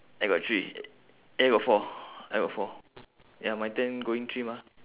I got three eh got four I got four ya my turn going three mah